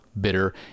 bitter